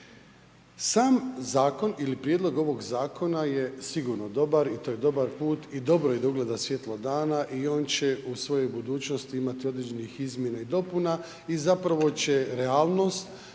Sam zakon ili prijedlog ovog zakona je sigurno dobar i to je dobar put i dobro je da ugleda svjetlo dan i on će u svojoj budućnosti imati određenih izmjena i dopuna i zapravo će realnost